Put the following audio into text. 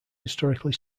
historically